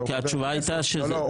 כי התשובה הייתה שזה --- לא,